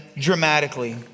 dramatically